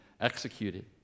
executed